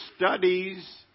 studies